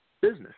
business